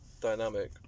dynamic